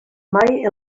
mai